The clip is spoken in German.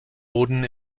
wurden